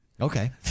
Okay